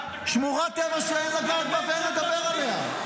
שמורת טבע שאין לגעת ואין לדבר עליה.